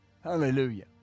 hallelujah